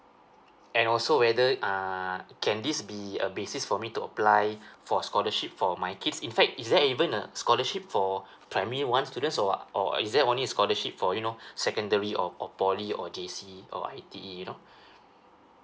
and also whether uh can this be a basis for me to apply for scholarship for my kids in fact is there even a scholarship for primary one student or or is there only a scholarship for you know secondary or or poly or J C or I T you know